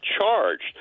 charged